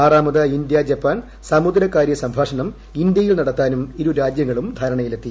ആറാമത് India Japan സമുദ്രകാര്യ സംഭാഷണം ഇന്ത്യയിൽ നടത്താനും ഇരു രാജ്യങ്ങളും ധാരണയിലെത്തി